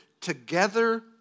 together